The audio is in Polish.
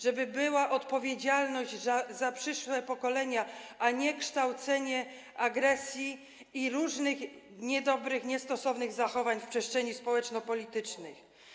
Żeby była odpowiedzialność za przyszłe pokolenia, a nie kształcenie agresji i różnych niedobrych, niestosownych zachowań w przestrzeni społeczno-politycznej.